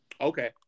Okay